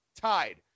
tied